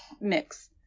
mix